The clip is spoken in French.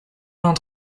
vingt